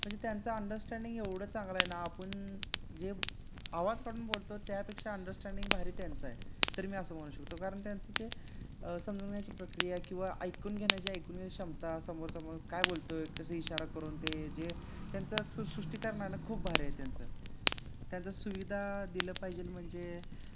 म्हणजे त्यांचा अंडरस्टँडिंग एवढं चांगला आहे ना आपण जे आवाज काढून बोलतो त्यापेक्षा अंडरस्टँडिंग भारी त्यांचं आहे तर मी असं म्हणू शकतो कारण त्यांचं जे समजून घेण्याची प्रक्रिया किंवा ऐकून घेण्याची ऐकून घेण्या क्षमता समोरचा समोर काय बोलतो आहे कसे इशारा करून ते जे त्यांचा सुशृष्टिकारनं खूप भारी आहे त्यांचं त्यांचा सुविधा दिलं पाहिजे म्हणजे